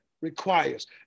requires